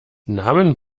namen